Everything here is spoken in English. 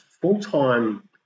full-time